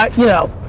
ah you know,